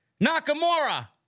Nakamura